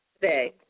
today